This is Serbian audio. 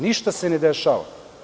Ništa se ne dešava.